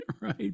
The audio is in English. Right